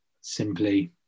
simply